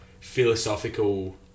philosophical